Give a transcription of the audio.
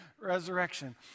resurrection